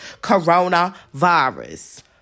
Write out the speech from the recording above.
Coronavirus